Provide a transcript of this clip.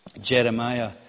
jeremiah